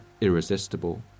irresistible